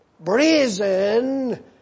brazen